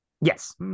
Yes